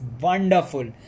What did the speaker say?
WONDERFUL